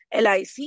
LIC